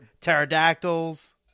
pterodactyls